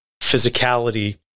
physicality